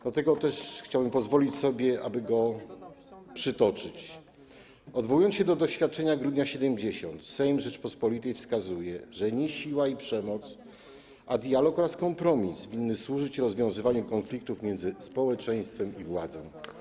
Dlatego też chciałbym pozwolić sobie go przytoczyć: Odwołując się do doświadczenia Grudnia ’70, Sejm Rzeczypospolitej wskazuje, że nie siła i przemoc, a dialog oraz kompromis winny służyć rozwiązywaniu konfliktów między społeczeństwem i władzą.